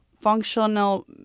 functional